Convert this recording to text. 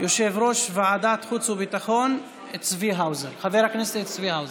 יושב-ראש ועדת החוץ והביטחון חבר הכנסת צבי האוזר.